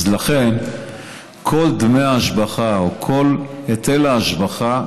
כל דמי ההשבחה או כל היטל ההשבחה,